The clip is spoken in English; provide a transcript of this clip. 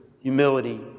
Humility